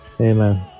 amen